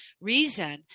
reason